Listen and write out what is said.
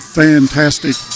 fantastic